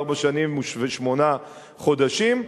ארבע שנים ושמונה חודשים,